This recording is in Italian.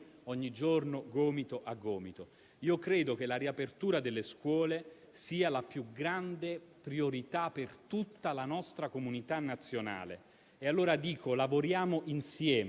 Per quanto riguarda invece il vaccino anti-Covid, voglio ricordare come l'Italia sia davvero in prima linea in questa battaglia. L'alleanza che abbiamo costruito già nel mese